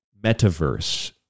metaverse